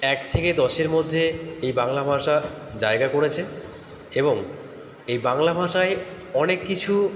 এক থেকে দশের মধ্যে এই বাংলা ভাষা জায়গা করেছে এবং এই বাংলা ভাষায় অনেক কিছু